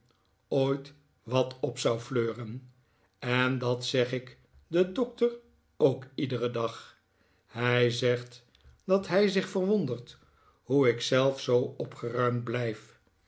ooit wat op zou fleuren en dat zeg ik den dokter ook iederen dag hij zegt dat hij zich verwondert hoe ik zelf zoo opgeruimd blijf